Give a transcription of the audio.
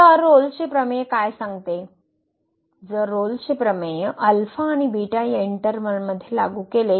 तररोल्सचे प्रमेय काय सांगते कि जर रोल्सचे प्रमेय अल्फा आणि बीटा इंटर्वल मध्ये लागू केले